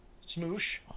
Smoosh